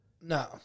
no